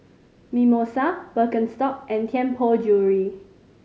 Mimosa Birkenstock and Tianpo Jewellery